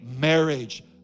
marriage